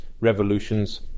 revolutions